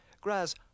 Grass